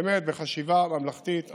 באמת בחשיבה ממלכתית אחראית,